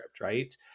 Right